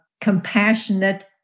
compassionate